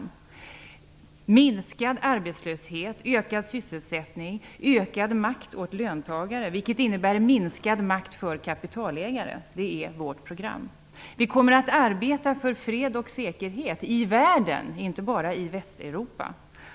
Vi kommer att arbeta för minskad arbetslöshet, ökad sysselsättning och ökad makt åt löntagare, vilket innebär minskad makt för kapitalägare. Det är vårt program. Vi kommer att arbeta för fred och säkerhet i världen, inte bara i Västeuropa.